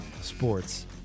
Sports